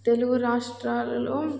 తెలుగు రాష్ట్రాలలో